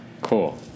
Cool